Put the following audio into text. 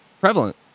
prevalent